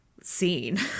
scene